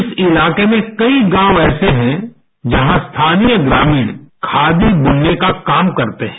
इस इलाके में कई गाँव ऐसे है जहाँ स्थानीय ग्रामीण खादी बुनने का काम करते है